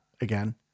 again